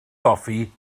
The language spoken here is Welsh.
goffi